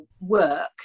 work